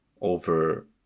over